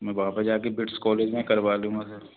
मैं वापस जाके बिट्स कॉलेज में करवा लूँगा सर